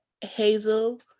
hazel